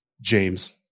James